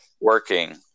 working